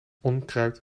onkruid